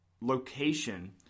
location